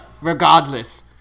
regardless